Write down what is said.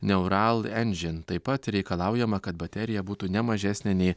neural enžin taip pat reikalaujama kad baterija būtų ne mažesnė nei